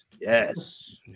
Yes